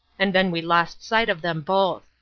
and then we lost sight of them both.